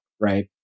right